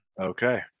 Okay